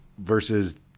Versus